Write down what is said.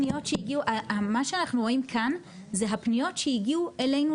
מה שאנחנו רואים כאן אלו הפניות שהגיעו אלינו